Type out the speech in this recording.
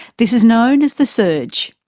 this is known as the surge.